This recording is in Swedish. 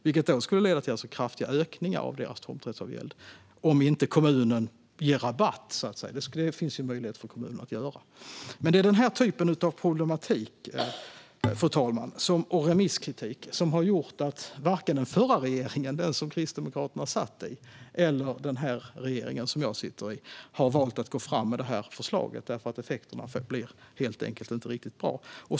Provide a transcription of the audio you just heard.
Det skulle alltså leda till kraftiga ökningar av deras tomträttsavgäld, om inte kommunen ger rabatt. Det finns det möjlighet för kommunerna att göra. Fru ålderspresident! Det är den typen av problematik och remisskritik som har lett till att varken den förra regeringen, som Kristdemokraterna satt i, eller den här regeringen, som jag sitter i, har valt att gå fram med förslaget. Effekterna blir helt enkelt inte riktigt bra.